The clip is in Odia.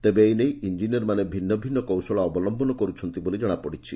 ତେବେ ଏନେଇ ଇଞିନିୟର୍ମାନେ ଭିନ୍ନ ଭିନ୍ନ କୌଶଳ ଅବଲମ୍ନ କରୁଛନ୍ତି ବୋଲି ଜଣାଯାଇଛି